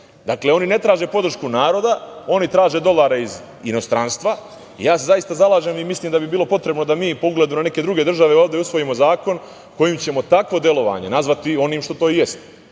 Dakle, oni ne traže podršku naroda, oni traže dolare iz inostranstva. Zaista se zalažem i mislim da bi bilo potrebno da mi, po ugledu na neke druge države, ovde usvojimo zakon kojim ćemo takvo delovanje nazvati onim što i jeste.